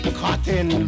cotton